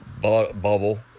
bubble